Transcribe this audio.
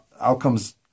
outcomes